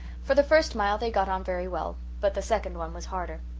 for the first mile they got on very well but the second one was harder.